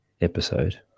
episode